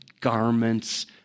garments